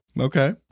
okay